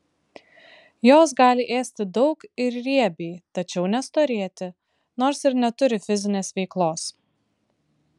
jos gali ėsti daug ir riebiai tačiau nestorėti nors ir neturi fizinės veiklos